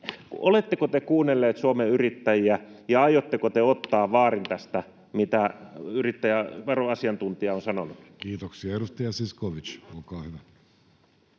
oletteko te kuunnelleet Suomen Yrittäjiä ja aiotteko te ottaa vaarin tästä, mitä veroasiantuntija on sanonut? Kiitoksia. — Edustaja Zyskowicz, olkaa hyvä.